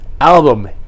album